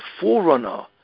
forerunner